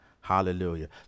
Hallelujah